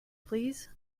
please